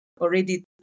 already